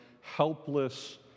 helpless